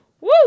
Woo